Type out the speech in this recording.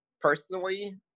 Personally